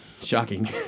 Shocking